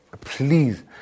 please